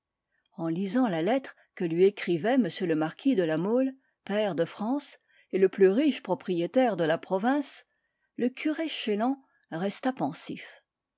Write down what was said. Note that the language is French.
en lisant la lettre que lui écrivait m le marquis de la mole pair de france et le plus riche propriétaire de la province le curé chélan resta pensif